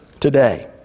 today